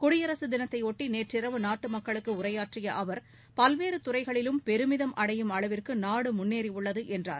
குடியரசு தினத்தையொட்டி நேற்றிரவு நாட்டு மக்களுக்கு உரையாற்றிய அவர் பல்வேறு துறைகளிலும் பெருமிதம் அடையும் அளவிற்கு நாடு முன்னேறியுள்ளது என்றார்